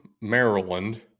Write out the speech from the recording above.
Maryland